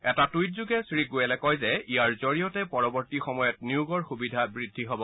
এটা টুইটযোগে শ্ৰী গোৰেলে কয় যে ইয়াৰ জৰিয়তে পৰৱৰ্তী সময়ত নিয়োগৰ সুবিধাও বৃদ্ধি হব